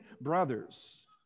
brothers